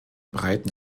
breiten